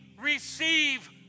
receive